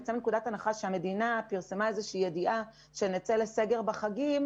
נצא מנקודת הנחה שהמדינה פרסמה ידיעה שנצא לסגר בחגים,